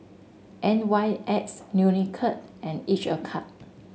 N Y X Unicurd and each a cup